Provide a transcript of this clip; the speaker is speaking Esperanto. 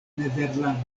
nederlando